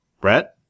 Brett